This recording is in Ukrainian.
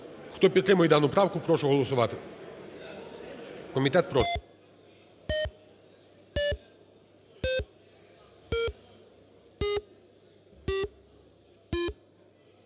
Хто підтримує дану правку, прошу голосувати, комітет проти.